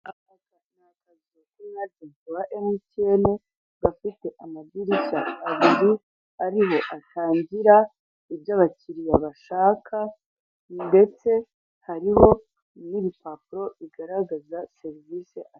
Aha hantu hari akazu k'umu ajenti wa emutiyene gafite amadirishya abiri ariho atangira ibyo abakiriya bashaka ndetse hariho n'ibipapuro bigaragaza serivise aytananga.